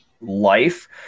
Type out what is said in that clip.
life